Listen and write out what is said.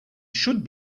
should